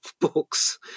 books